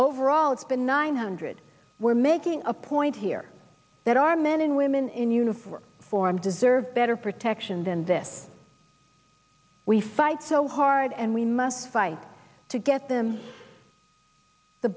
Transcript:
overall it's been nine hundred we're making a point here that our men and women in uniform form deserve better protection than this we fight so hard and we must fight to get them the